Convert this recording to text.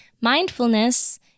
Mindfulness